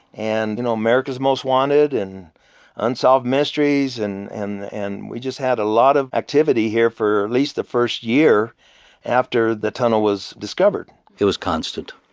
and you know america's most wanted, and unsolved mysteries. and and and we just had a lot of activity here for at least the first year after the tunnel was discovered it was constant.